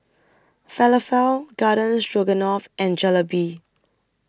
Falafel Garden Stroganoff and Jalebi